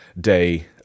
day